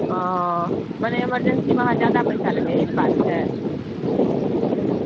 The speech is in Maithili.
हँ मने इमरजेंसी मे अहाँ जादा पैसा लेबै इहे ने बात छै